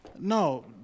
No